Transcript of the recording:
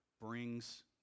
brings